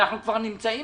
אנחנו כבר נמצאים